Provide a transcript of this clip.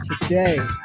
Today